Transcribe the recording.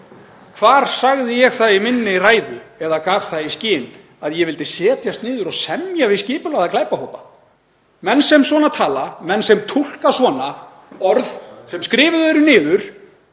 Hvar sagði ég í minni ræðu eða gaf það í skyn að ég vildi setjast niður og semja við skipulagða glæpahópa? Menn sem svona tala, menn sem túlka orð á þennan hátt sem skrifuð eru niður